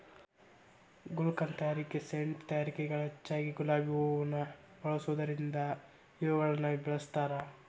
ಗುಲ್ಕನ್ ತಯಾರಿಕೆ ಸೇಂಟ್ ತಯಾರಿಕೆಗ ಹೆಚ್ಚಗಿ ಗುಲಾಬಿ ಹೂವುನ ಬಳಸೋದರಿಂದ ಇವುಗಳನ್ನ ಬೆಳಸ್ತಾರ